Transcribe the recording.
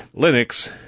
Linux